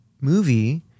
movie